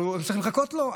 צריכים לחכות לו.